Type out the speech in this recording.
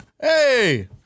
Hey